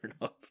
enough